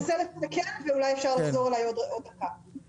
ואולי אפשר לחזור אליי עוד דקה.